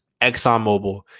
ExxonMobil